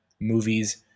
movies